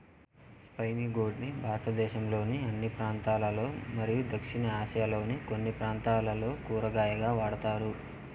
spiny gourd ని భారతదేశంలోని అన్ని ప్రాంతాలలో మరియు దక్షిణ ఆసియాలోని కొన్ని ప్రాంతాలలో కూరగాయగా వాడుతారు